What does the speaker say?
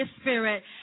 spirit